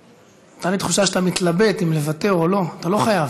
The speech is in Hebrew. הייתה לי הרגשה שאתה מתלבט אם לוותר או לא אתה לא חייב.